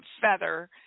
feather